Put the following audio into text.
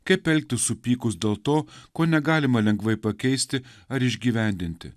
kaip elgtis supykus dėl to ko negalima lengvai pakeisti ar išgyvendinti